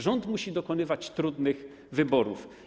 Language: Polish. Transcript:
Rząd musi dokonywać trudnych wyborów.